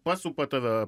pasupa tave